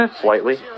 Slightly